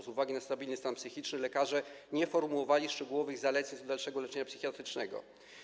Z uwagi na stabilny stan psychiczny lekarze nie formułowali szczegółowych zaleceń co do dalszego leczenia psychiatrycznego.